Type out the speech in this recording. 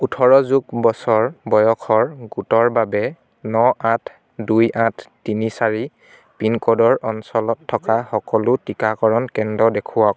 ওঠৰ যোগ বছৰ বয়সৰ গোটৰ বাবে ন আঠ দুই আঠ তিনি চাৰি পিনক'ডৰ অঞ্চলত থকা সকলো টিকাকৰণ কেন্দ্ৰ দেখুৱাওক